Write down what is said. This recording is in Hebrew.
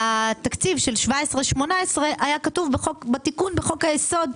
בתקציב של 2017 ו-2018 היה כתוב בתיקון בחוק-היסוד,